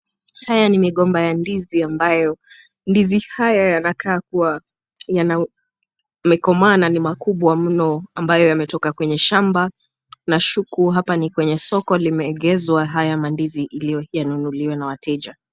Haya ni migomba ya ndizi ambayo ndizi haya yanakaa kuwa yamekomaa na ni makubwa mno ambayo yametoka kwenye shamba. Nashuku hapa ni kwenye soko yameegezwa haya mandizi ili yanunuliwe na wateja.